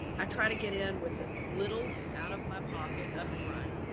i tried to get in with as little out of my pocket upfront.